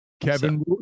kevin